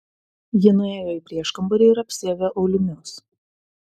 ji nuėjo į prieškambarį ir apsiavė aulinius